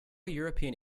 european